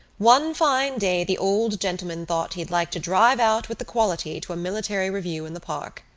one fine day the old gentleman thought he'd like to drive out with the quality to a military review in the park.